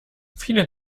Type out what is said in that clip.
viele